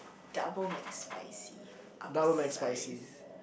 double Mcspicy upsize